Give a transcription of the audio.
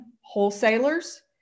wholesalers